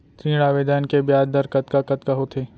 ऋण आवेदन के ब्याज दर कतका कतका होथे?